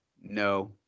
no